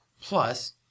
Plus